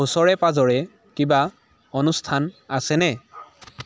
ওচৰে পাঁজৰে কিবা অনুষ্ঠান আছেনে